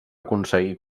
aconseguir